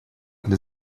для